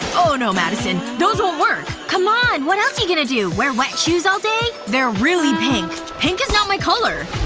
oh, no, madison. those won't work come on. what else you gonna do? wear wet shoes all day? they're really pink. pink is not my color